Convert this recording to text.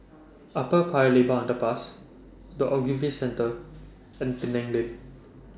Upper Paya Lebar Underpass The Ogilvy Centre and Penang Lane